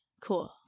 cool